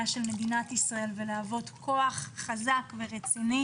של מדינת ישראל ולהוות כוח חזק ורציני.